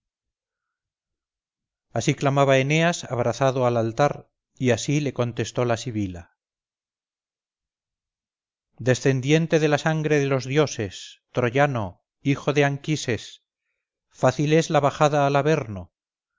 así clamaba eneas abrazado al altar y así le contestó la sibila descendiente de la sangre de los dioses troyano hijo de anquises fácil es la bajada al averno